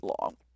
long